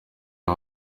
aba